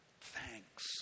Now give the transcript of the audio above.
thanks